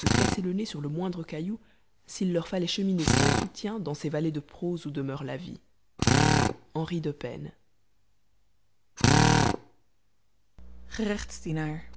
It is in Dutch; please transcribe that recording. gerechtsdienaar